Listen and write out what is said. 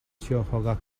cuyahoga